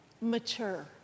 mature